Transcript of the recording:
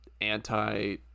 anti